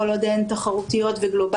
כל עוד הן תחרותיות וגלובליות,